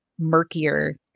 murkier